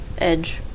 Edge